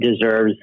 deserves